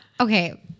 Okay